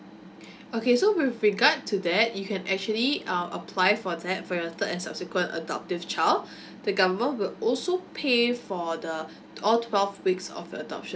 okay so with regard to that you can actually um apply for that for your third and subsequent adoptive child the government will also pay for the all twelve weeks of the adoption